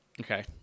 okay